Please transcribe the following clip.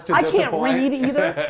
i can't read either.